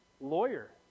lawyer